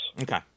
Okay